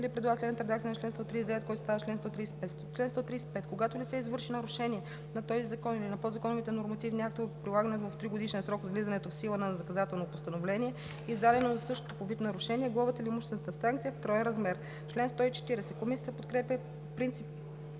Когато лице извърши нарушение на този закон или на подзаконовите нормативни актове по прилагането му в тригодишен срок от влизането в сила на наказателно постановление, издадено за същото по вид нарушение, глобата или имуществената санкция е в троен размер.“ Комисията подкрепя по принцип